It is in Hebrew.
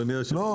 אדוני היושב-ראש,